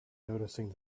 noticing